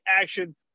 action